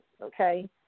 okay